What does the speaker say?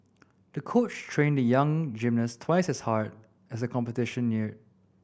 the coach trained the young gymnast twice as hard as the competition neared